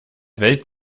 welt